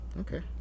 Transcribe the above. Okay